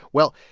well,